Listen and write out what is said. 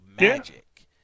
magic